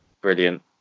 brilliant